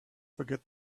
forget